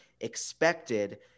expected